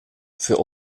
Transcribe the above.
für